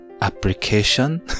application